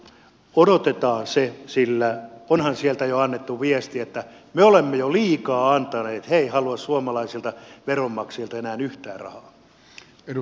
odotetaan se sillä onhan sieltä jo annettu viesti että me olemme jo liikaa antaneet he eivät halua suomalaisilta veronmaksajilta enää yhtään rahaa